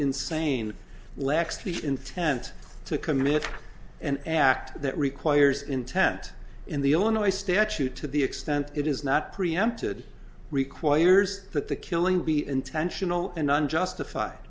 insane lacks the intent to commit an act that requires intent in the illinois statute to the extent it is not preempted requires that the killing be intentional and unjustified